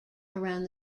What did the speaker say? around